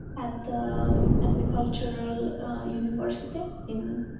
at agricultural university, in.